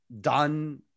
done